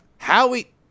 Howie